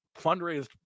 fundraised